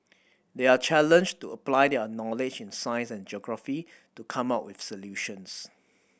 they are challenged to apply their knowledge in science and geography to come up with solutions